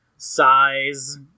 size